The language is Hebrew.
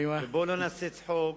בוא לא נעשה צחוק